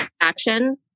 action